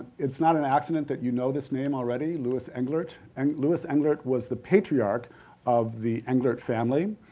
it's not an accident that you know this name already, louis englert and louis englert was the patriarch of the englert family.